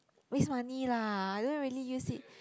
waste money lah I don't really use it